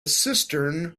cistern